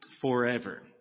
forever